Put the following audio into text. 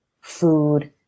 food